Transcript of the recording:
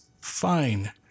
Fine